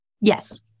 Yes